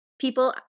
people